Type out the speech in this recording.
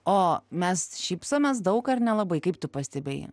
o mes šypsomės daug ar nelabai kaip tu pastebėjai